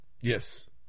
Yes